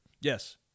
Yes